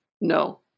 no